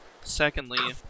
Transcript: secondly